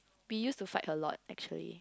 we use to fight a lot actually